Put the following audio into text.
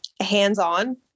hands-on